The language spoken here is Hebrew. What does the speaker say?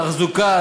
תחזוקה,